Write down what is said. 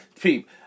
peep